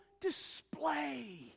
display